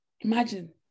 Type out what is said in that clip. Imagine